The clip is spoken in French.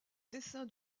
dessin